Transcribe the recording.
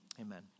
amen